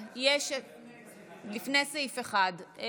לפני סעיף 1,